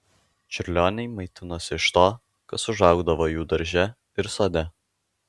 čiurlioniai maitinosi iš to kas užaugdavo jų darže ir sode